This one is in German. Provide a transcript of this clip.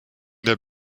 der